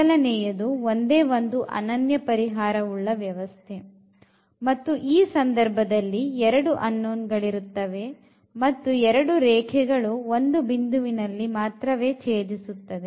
ಮೊದಲನೆಯದು ಒಂದೇ ಒಂದು ಅನನ್ಯ ಪರಿಹಾರ ಉಳ್ಳ ವ್ಯವಸ್ಥೆ ಮತ್ತು ಈ ಸಂದರ್ಭದಲ್ಲಿ 2 unknown ಗಳಿರುತ್ತವೆ ಮತ್ತು ಎರಡು ರೇಖೆಗಳು ಒಂದು ಬಿಂದುವಿನಲ್ಲಿ ಛೇದಿಸುತ್ತದೆ